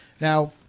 Now